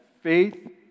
faith